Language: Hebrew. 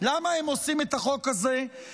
למה הם עושים את החוק הזה?